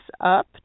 up